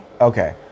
Okay